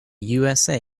usa